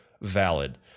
valid